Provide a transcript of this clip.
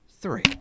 three